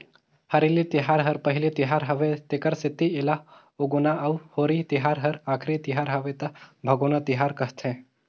हरेली तिहार हर पहिली तिहार हवे तेखर सेंथी एला उगोना अउ होरी तिहार हर आखरी तिहर हवे त भागोना तिहार कहथें